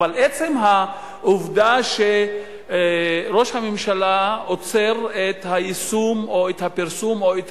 אבל עצם העובדה שראש הממשלה עוצר את היישום או את הפרסום או את